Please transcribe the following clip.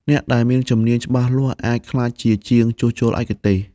អ្នកដែលមានជំនាញច្បាស់លាស់អាចក្លាយជាជាងជួសជុលឯកទេស។